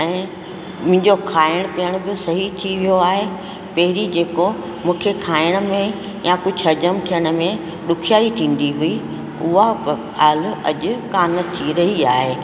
ऐं मुंहिजो खाइण पीअण बि सही थी वियो आहे पहिरीं जेको मूंखे खाइण में या कुझु हजम थिअण में ॾुखयाई थींदी हुई हूअ बि हाल अॼु कोन्ह थी रई आहे